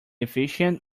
efficient